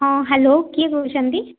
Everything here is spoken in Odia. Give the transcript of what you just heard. ହଁ ହେଲୋ କିଏ କହୁଛନ୍ତି